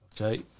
Okay